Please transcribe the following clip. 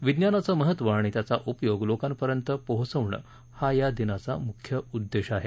विज्ञानाचे महत्व आणि त्याचा उपयोग लोकांपर्यंत पाचवणं हा या दिनाचा मुख्य उद्देश आहे